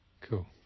cool